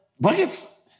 buckets